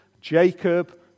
Jacob